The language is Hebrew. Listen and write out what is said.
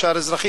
כשאר האזרחים?